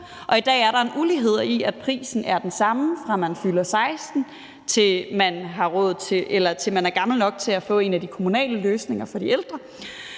I dag er der en ulighed i, at prisen er den samme, fra man fylder 16 år, til man er gammel nok til at få en af de kommunale løsninger for de ældre.